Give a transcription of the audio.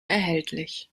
erhältlich